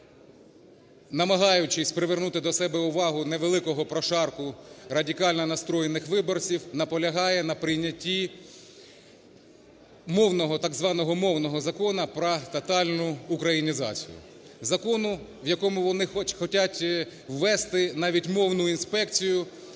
намагаючись привернути до себе увагу невеликого прошарку радикально настроєних виборців, наполягає на прийнятті мовного, так званого мовного закону про тотальну українізацію. Закону, в якому вони хочуть ввести навіть мовну інспекцію.